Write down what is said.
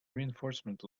reinforcement